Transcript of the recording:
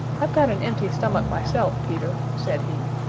i've got an empty stomach myself, peter, said he,